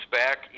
back